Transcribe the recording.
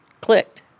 clicked